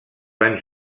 van